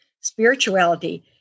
spirituality